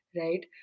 Right